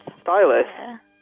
Stylist